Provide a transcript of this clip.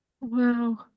wow